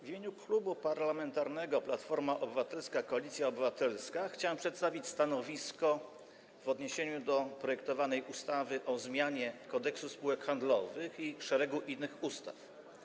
W imieniu Klubu Parlamentarnego Platforma Obywatelska - Koalicja Obywatelska chciałem przedstawić stanowisko w odniesieniu do projektowanej ustawy o zmianie ustawy Kodeks spółek handlowych oraz niektórych innych ustaw.